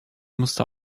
musste